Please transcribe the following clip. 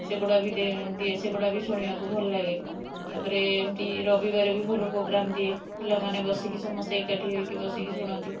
ସେଗୁଡ଼ା ବି ଦିଏ ସେଗୁଡ଼ା ବି ଶୁଣିବାକୁ ଭଲଲାଗେ ତା'ପରେ ଏମିତି ରବିବାରରେ ବି ଭଲ ପୋଗ୍ରାମ୍ ଦିଏ ପିଲାମାନେ ବସିକି ସମସ୍ତେ ଏକାଠି ହେଇକି ବସିକି ଶୁଣନ୍ତି